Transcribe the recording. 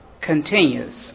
continues